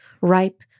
Ripe